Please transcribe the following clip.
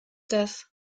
das